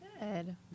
Good